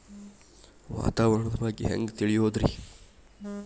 ವಾತಾವರಣದ ಬಗ್ಗೆ ಹ್ಯಾಂಗ್ ತಿಳಿಯೋದ್ರಿ?